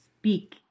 speak